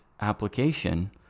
application